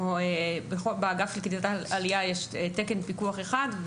באגף לקליטת עלייה יש תקן פיקוח אחד,